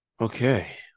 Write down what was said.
okay